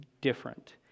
different